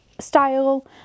style